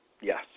yes